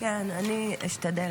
אני אשתדל.